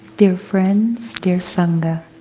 dear friends, dear sangha,